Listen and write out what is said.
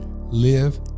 live